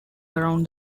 around